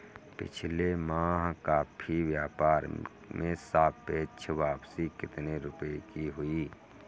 पिछले माह कॉफी व्यापार में सापेक्ष वापसी कितने रुपए की हुई?